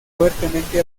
fuertemente